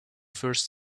first